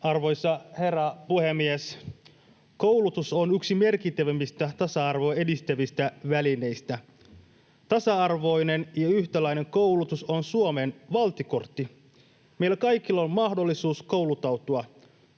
Arvoisa herra puhemies! Koulutus on yksi merkittävimmistä tasa-arvoa edistävistä välineistä. Tasa-arvoinen ja yhtäläinen koulutus on Suomen valttikortti. Meillä kaikilla on mahdollisuus kouluttautua.